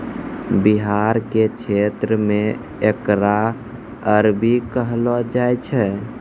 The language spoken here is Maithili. बिहार के क्षेत्र मे एकरा अरबी कहलो जाय छै